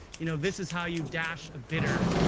you know this is how you dash a bitter.